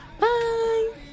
Bye